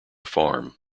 farm